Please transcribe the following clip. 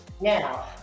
Now